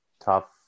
tough